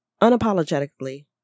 unapologetically